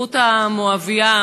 רות המואבייה,